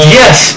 yes